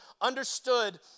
understood